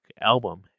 Album